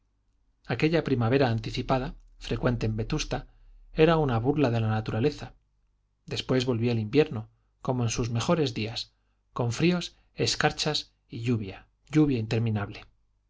aquella primavera anticipada frecuente en vetusta era una burla de la naturaleza después volvía el invierno como en sus mejores días con fríos escarchas y lluvia lluvia interminable